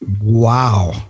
Wow